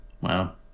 Wow